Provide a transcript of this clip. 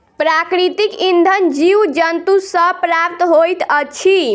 प्राकृतिक इंधन जीव जन्तु सॅ प्राप्त होइत अछि